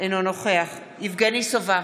אינו נוכח יבגני סובה,